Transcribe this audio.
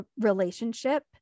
relationship